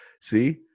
See